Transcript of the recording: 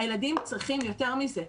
הילדים צריכים יותר מזה.